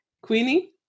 Queenie